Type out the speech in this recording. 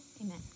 Amen